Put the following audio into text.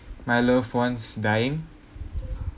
my loved ones dying